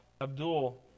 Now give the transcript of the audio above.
Abdul